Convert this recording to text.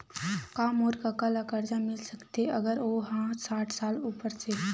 का मोर कका ला कर्जा मिल सकथे अगर ओ हा साठ साल से उपर हे?